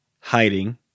hiding